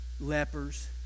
lepers